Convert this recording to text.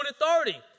authority